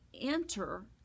enter